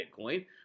Bitcoin